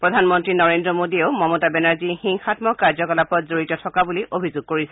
প্ৰধানমন্ত্ৰী নৰেন্দ্ৰ মোদীয়েও মমতা বেনাৰ্জী হিংসামক কাৰ্যকলাপত জড়িত থকা বুলি অভিযোগ কৰিছে